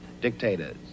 dictators